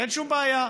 אין שום בעיה,